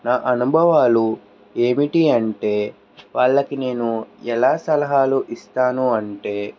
నా అనుభవాలు ఏమిటి అంటే వాళ్ళకి నేను ఎలా సలహాలు ఇస్తాను అంటే